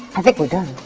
i think we're done.